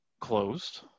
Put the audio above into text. closed